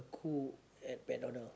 cook at McDonald